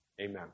Amen